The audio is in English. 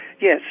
Yes